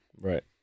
Right